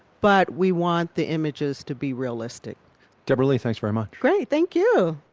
but we want the images to be realistic debra lee, thanks very much great, thank you